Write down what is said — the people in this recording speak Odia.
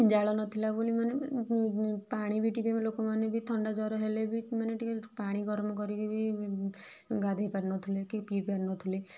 ଜାଳ ନଥିଲା ବୋଲି ମାନେ ପାଣି ବି ଟିକେ ଲୋକ ମାନେ ବି ଥଣ୍ଡା ଜ୍ୱର ହେଲେ ବି ମାନେ ଟିକେ ପାଣି ଗରମ କରିକି ବି ଗାଧେଇ ପାରୁନଥିଲେ କି ପିଇ ପାରୁନଥିଲେ